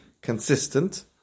consistent